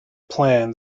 plan